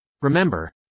Remember